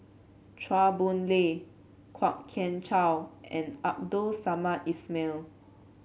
Chua Boon Lay Kwok Kian Chow and Abdul Samad Ismail